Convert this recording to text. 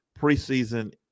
preseason